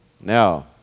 Now